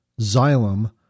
Xylem